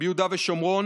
ביהודה ושומרון,